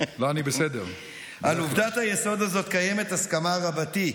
על עובדת היסוד הזאת קיימת הסכמה רבתי.